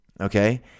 Okay